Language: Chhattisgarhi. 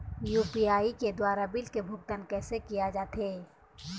यू.पी.आई के द्वारा बिल के भुगतान कैसे किया जाथे?